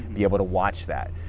be able to watch that.